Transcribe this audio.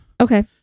okay